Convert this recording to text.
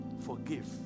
Forgive